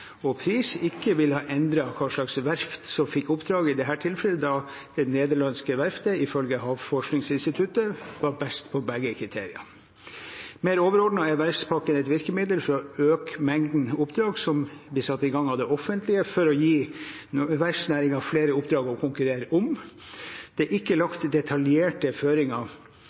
og pris ikke ville ha endret hvilket verft som fikk oppdraget i dette tilfellet, da det nederlandske verftet ifølge Havforskningsinstituttet var best ut fra begge kriteriene. Mer overordnet er verftspakken et virkemiddel for å øke mengden oppdrag som blir satt i gang av det offentlige for å gi verftsnæringen flere oppdrag å konkurrere om. Det er ikke lagt detaljerte føringer